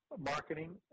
marketing